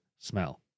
smell